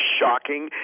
shocking